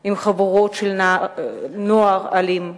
עם חבורות של נוער אלים.